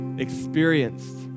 Experienced